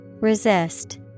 Resist